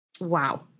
Wow